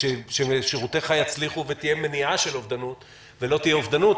ששירותיך יצליחו ותהיה מניעה של אובדנות ולא תהיה אובדנות.